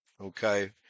okay